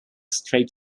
strait